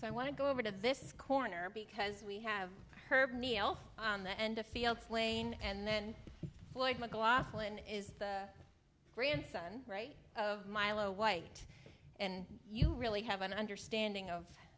so i want to go over to this corner because we have her on the end of fields lane and then mclaughlin is grandson right milo white and you really have an understanding of